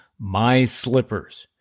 MySlippers